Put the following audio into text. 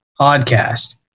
podcast